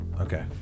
okay